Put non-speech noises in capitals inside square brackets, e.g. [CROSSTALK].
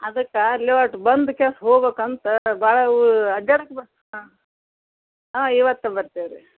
ಅದಕ್ಕೆ ಅಲ್ಲಿ ಒಟ್ಟು ಬಂದು ಕೆಸ್ ಹೋಗ್ಬೇಕಂತ ಭಾಳ ಅಡ್ಯಾಡಕ್ಕೆ [UNINTELLIGIBLE] ಹಾಂ ಇವತ್ತು ಬರ್ತಿವಿ ರೀ